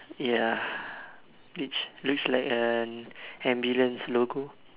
ya which looks like an ambulance logo